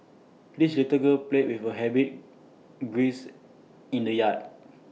the little girl played with her rabbit grace in the yard